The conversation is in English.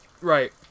Right